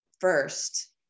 first